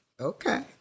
Okay